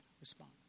respond